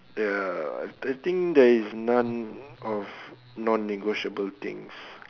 uh I think there is none of non negotiable things